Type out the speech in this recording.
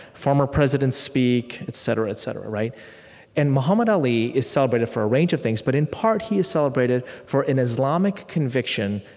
former presidents speak, et cetera, et cetera. and muhammad ali is celebrated for a range of things, but in part, he is celebrated for an islamic conviction